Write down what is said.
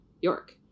York